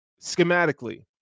schematically